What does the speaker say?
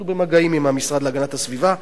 אנחנו במגעים עם המשרד להגנת הסביבה,